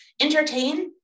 Entertain